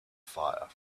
fire